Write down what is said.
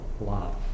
love